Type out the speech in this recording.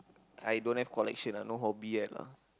I don't have collection ah no hobby yet lah